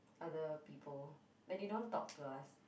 other people like they don't talk to us